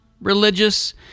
religious